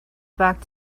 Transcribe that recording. back